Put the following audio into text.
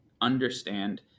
understand